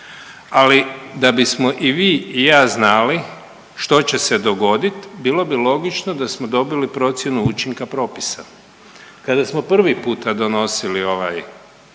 ali da bismo i vi i ja znali što će se dogoditi bilo bi logično da smo dobili procjenu učinka propisa. Kada smo prvi puta donosili ovaj